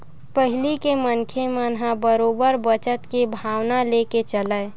पहिली के मनखे मन ह बरोबर बचत के भावना लेके चलय